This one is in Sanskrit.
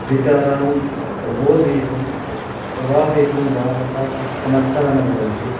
विचारान् प्रबोधयितुं प्रवाहयितुं वा तथा सक् समर्थाः न भवन्ति